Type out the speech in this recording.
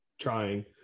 trying